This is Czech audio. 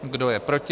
Kdo je proti?